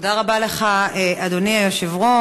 תודה רבה לך, אדוני היושב-ראש.